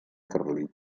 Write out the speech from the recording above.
carlit